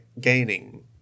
gaining